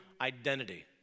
identity